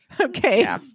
Okay